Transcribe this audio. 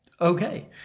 Okay